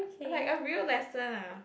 like a real lesson ah